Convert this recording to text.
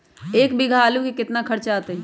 एक बीघा आलू में केतना खर्चा अतै?